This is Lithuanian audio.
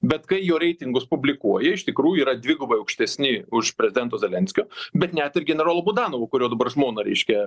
bet kai jo reitingus publikuoja iš tikrųjų yra dvigubai aukštesni už prezidento zelenskio bet net ir generolo budanovo kurio dabar žmoną reiškia